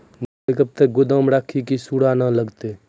मकई कब तक गोदाम राखि की सूड़ा न लगता?